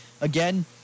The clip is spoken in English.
again